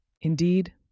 Indeed